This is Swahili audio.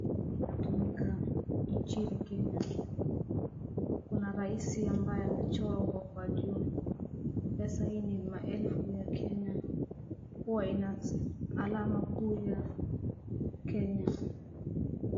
Inatumika nchini Kenya. Kuna rais ambaye amechorwa huko kwa juu. Pesa hii ni maelfu ya Kenya. Huwa ina alama kuu ya Kenya.